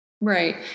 Right